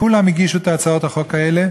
כולם הגישו את הצעות החוק האלה,